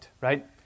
right